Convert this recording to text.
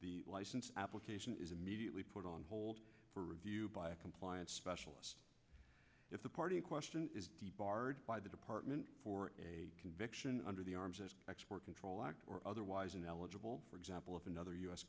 match license application is immediately put on hold for review by a compliance specialist if the party in question is barred by the department for conviction under the arms export control act or otherwise ineligible for example of another u